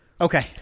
okay